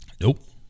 nope